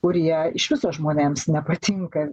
kurie iš viso žmonėms nepatinka